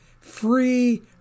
free